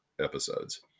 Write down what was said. episodes